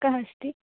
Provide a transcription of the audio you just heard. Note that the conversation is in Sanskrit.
कः अस्ति